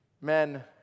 Men